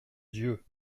dieu